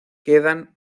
quedan